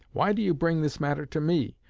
why do you bring this matter to me?